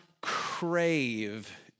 crave